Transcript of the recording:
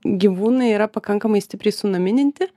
gyvūnai yra pakankamai stipriai sunamininti